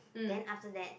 then after that